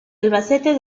albacete